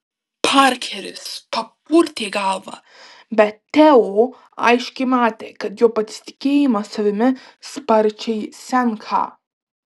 parkeris papurtė galvą bet teo aiškiai matė kad jo pasitikėjimas savimi sparčiai senka